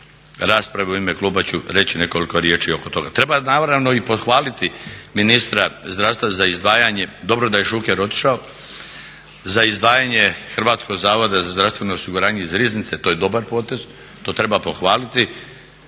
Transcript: raspravi u ime kluba ću reći nekoliko riječi oko toga. Treba naravno i pohvaliti ministra zdravstva za izdvajanje, dobro da je Šuker otišao, za izdvajanje HZZO-a iz riznice, to je dobar potez, to treba pohvaliti